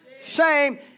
Shame